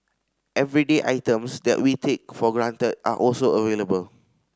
everyday items that we take for granted are also available